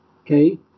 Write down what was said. okay